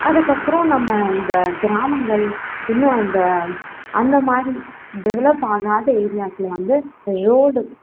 அதுக்கப்புறம் நம்ம இந்த கிராமங்கள் இன்னும் அந்த அந்த மாதிரி டெவலப் ஆகாத ஏரியாஸில் வந்து ரோடு